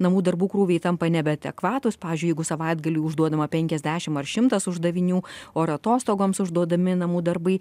namų darbų krūviai tampa nebeadekvatūs pavyzdžiui jeigu savaitgalį užduodama penkiasdešim ar šimtas uždavinių o ar atostogoms užduodami namų darbai